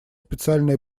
специальные